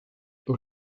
aux